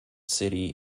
city